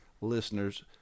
listeners